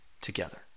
together